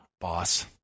boss